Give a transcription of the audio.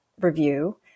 review